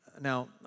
Now